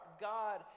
God